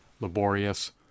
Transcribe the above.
laborious